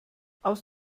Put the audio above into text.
aus